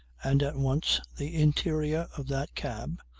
and at once the interior of that cab,